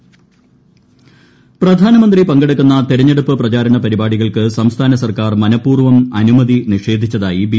പ്രധാനമന്ത്രി അനുമതി പ്രധാനമന്ത്രി പങ്കെടുക്കുന്ന തെരഞ്ഞെടുപ്പ് പ്രചാരണ പരിപാടികൾക്ക് സംസ്ഥാന സർക്കാർ മനപൂർവ്വം അനുമതി നിഷേധിച്ചതായി ബി